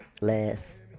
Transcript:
last